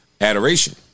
adoration